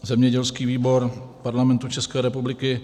Zemědělský výbor Parlamentu České republiky